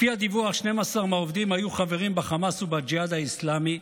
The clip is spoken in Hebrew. לפי הדיווח 12 מהעובדים היו חברים בחמאס ובג'יהאד האסלאמי,